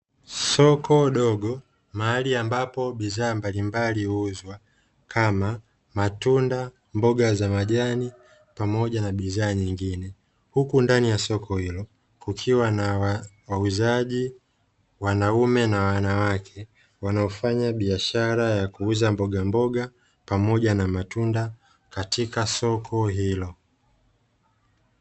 Soko dogo mahali ambapo bidhaa mbalimbali huuzwa kama matunda, mboga za majani pamoja na bidhaa nyingine huku ndani ya soko hilo kukiwa na wauzaji wanaume na wanawake wanaofanya biashara ya kuuza mboga mboga pamoja na matunda katika soko hilo.